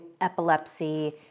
epilepsy